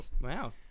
wow